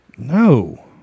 no